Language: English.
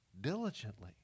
diligently